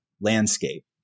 landscape